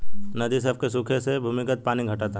नदी सभ के सुखे से भूमिगत पानी घटता